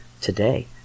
today